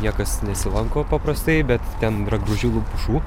niekas nesilanko paprastai bet ten yra gražių pušų